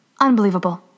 Unbelievable